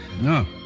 No